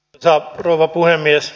arvoisa rouva puhemies